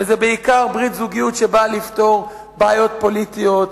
וזה בעיקר ברית זוגיות שבאה לפתור בעיות פוליטיות,